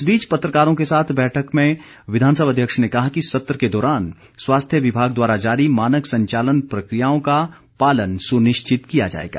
इस बीच पत्रकारों के साथ बैठक में विधानसभा अध्यक्ष ने कहा कि सत्र के दौरान स्वास्थ्य विभाग द्वारा जारी मानक संचालन प्रक्रियाओं का पालन सुनिश्चित किया जाएगा